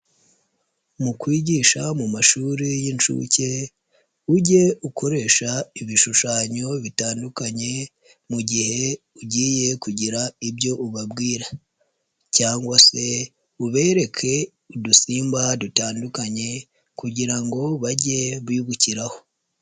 Mu kwigisha mu mashuri y'incuke, ujye ukoresha ibishushanyo bitandukanye, mu gihe ugiye kugira ibyo ubabwira cyangwa se ubereke udusimba dutandukanye kugira ngo bajye bibukiraho.